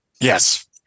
Yes